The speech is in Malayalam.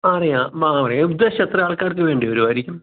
ആ അറിയാം ഉദ്ദേശം എത്ര ആൾക്കാർക്ക് വേണ്ടി വരുമായിരിക്കും